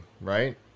right